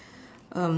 um